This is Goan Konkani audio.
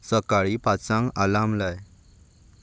सकाळीं पांचांक आलाम लाय